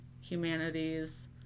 humanities